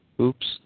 Oops